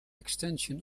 extension